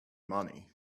money